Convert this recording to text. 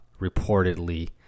reportedly